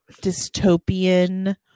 dystopian